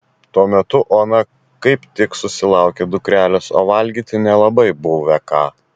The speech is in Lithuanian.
tuo metu ona kaip tik susilaukė dukrelės o valgyti nelabai buvę ką